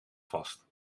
vast